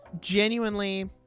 genuinely